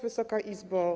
Wysoka Izbo!